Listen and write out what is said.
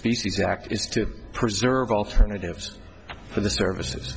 species act is to preserve alternatives for the services